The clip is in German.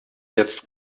jetzt